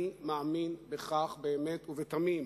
אני מאמין בכך באמת ובתמים.